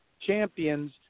champions